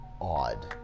odd